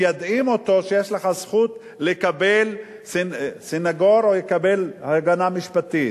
מיידעים אותו שיש לו זכות לקבל סניגור או לקבל הגנה משפטית.